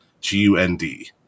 G-U-N-D